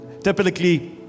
Typically